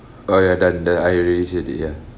oh ya done uh I already said it ya